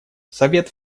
совет